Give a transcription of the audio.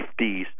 50s